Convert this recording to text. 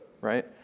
right